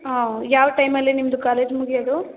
ಹಾಂ ಯಾವ ಟೈಮಲ್ಲಿ ನಿಮ್ಮದು ಕಾಲೇಜ್ ಮುಗಿಯೋದು